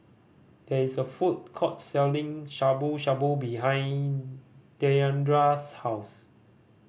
there is a food court selling Shabu Shabu behind Diandra's house